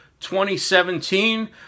2017